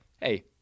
hey